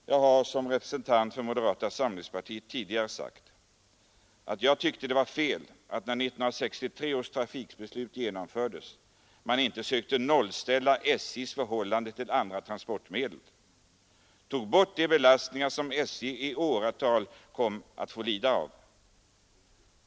Jag har som representant för moderata samlingspartiet tidigare sagt att jag tyckte det var fel att man inte när 1963 års trafikbeslut genomfördes sökte nollställa SJ:s förhållande till andra transportmedel och tog bort de belastningar som SJ i åratal kommer att få lida av.